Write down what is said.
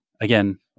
again